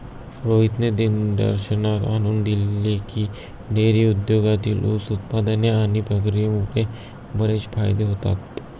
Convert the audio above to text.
रोहितने निदर्शनास आणून दिले की, डेअरी उद्योगातील उप उत्पादने आणि प्रक्रियेमुळे बरेच फायदे होतात